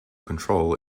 control